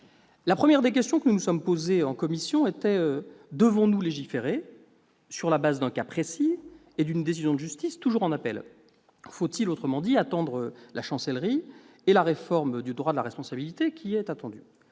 La première des questions que nous nous sommes posées en commission était : devons-nous légiférer sur la base d'un cas précis et d'une décision de justice, toujours en appel ? Autrement dit, faut-il attendre la Chancellerie et la prochaine réforme du droit de la responsabilité ? Nous avons